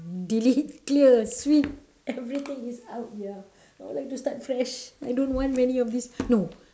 delete clear sweet everything is out ya now like to start fresh I don't want many of this no